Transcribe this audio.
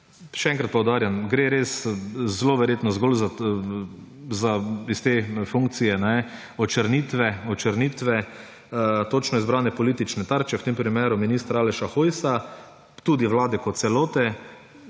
še enkrat poudarjam, gre res zelo verjetno zgolj za s te funkcije očrnitve točno izbrane politične tarče, v tem primeru ministra Aleša Hojsa, tudi Vlade kot celote.